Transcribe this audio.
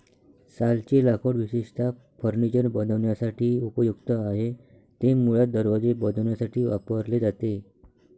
सालचे लाकूड विशेषतः फर्निचर बनवण्यासाठी उपयुक्त आहे, ते मुळात दरवाजे बनवण्यासाठी वापरले जाते